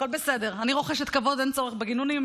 אני רוחשת כבוד, אין צורך בגינונים.